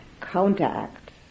counteracts